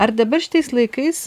ar dabar šitais laikais